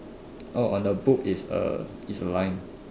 oh on the book is a is a line